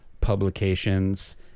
publications